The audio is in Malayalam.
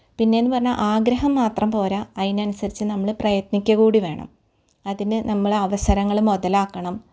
പിന്നെ എന്ന് പറഞ്ഞാൽ ആഗ്രഹം മാത്രം പോര അതിനനുസരിച്ച് നമ്മൾ പ്രയത്നിക്കുക കൂടി വേണം അതിന് നമ്മൾ അവസരങ്ങൾ മുതലാക്കണം